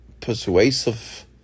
persuasive